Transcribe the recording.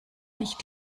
nicht